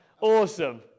Awesome